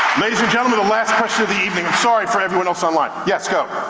ladies and gentlemen, the last question of the evening. i'm sorry for everyone else online. yes, go.